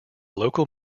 local